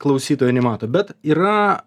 klausytojai nemato bet yra